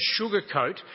sugarcoat